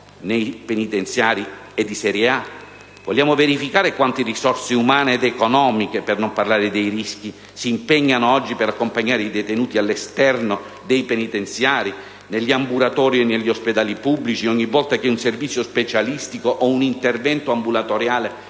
nei penitenziari è di serie A? Vogliamo verificare quante risorse umane ed economiche (per non parlare dei rischi) si impegnano oggi per accompagnare i detenuti all'esterno dei penitenziari, negli ambulatori e negli ospedali pubblici, ogni volta che un servizio specialistico o un intervento ambulatoriale